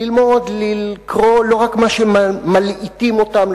ללמוד לקרוא לא רק מה שמלעיטים אותם,